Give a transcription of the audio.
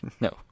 No